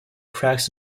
cracks